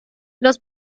los